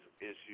issues